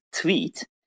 tweet